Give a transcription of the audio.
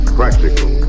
practical